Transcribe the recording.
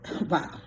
Wow